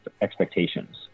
expectations